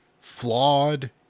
flawed